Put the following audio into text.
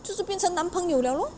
就是变成男朋友 liao lor